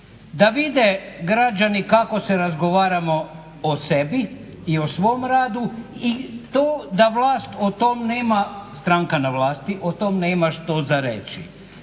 da vide građani kako se razgovaramo o sebi i o svom radu i to da vlast o tom nema, stranka na vlasti o tom nema što za reći.